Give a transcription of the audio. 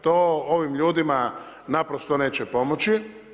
To ovim ljudima naprosto neće pomoći.